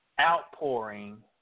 outpouring